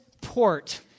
port